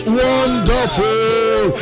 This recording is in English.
wonderful